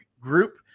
group